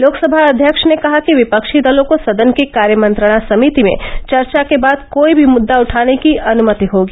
लोकसभा अध्यक्ष ने कहा कि विपक्षी दलों को सदन ैकी कार्य मंत्रणा सभिति में चर्चा के बाद कोई भी मुद्दा उठाने की अनुमति होगी